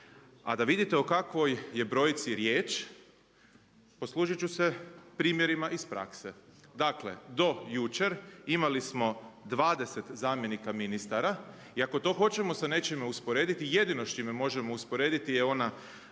A da vidite o kakvoj je brojci riječ, poslužit ću se primjerima iz prakse. Dakle, do jučer imali smo 20 zamjenika ministara i ako to hoćemo sa nečim usporediti, jedino s čime možemo usporediti je ona